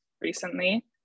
recently